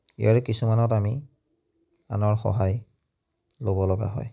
ইয়াৰে কিছুমানত আমি আনৰ সহায় ল'ব লগা হয়